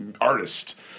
artist